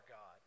God